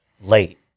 late